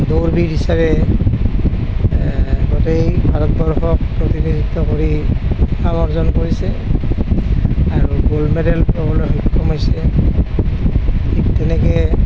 দৌৰবিদ হিচাপে গোটেই ভাৰতবৰ্ষক প্ৰতিনিধিত্ব কৰি নাম অৰ্জন কৰিছে আৰু গ'ল্ড মেডেল পাবলৈ সক্ষম হৈছে ঠিক তেনেকৈ